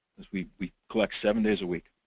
we we collect seven days a week,